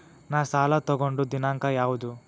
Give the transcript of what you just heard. ನಾ ಸಾಲ ತಗೊಂಡು ದಿನಾಂಕ ಯಾವುದು?